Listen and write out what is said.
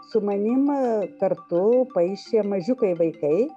su manim kartu paišė mažiukai vaikai